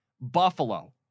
Buffalo